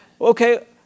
Okay